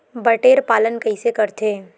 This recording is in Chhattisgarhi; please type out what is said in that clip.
बटेर पालन कइसे करथे?